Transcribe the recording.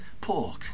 Pork